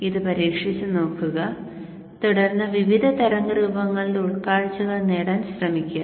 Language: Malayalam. ഇത് പരീക്ഷിച്ചുനോക്കുക തുടർന്ന് വിവിധ തരംഗ രൂപങ്ങളുടെ ഉൾക്കാഴ്ചകൾ നേടാൻ ശ്രമിക്കുക